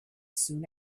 soon